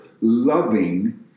loving